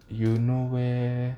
you know where